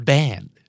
Band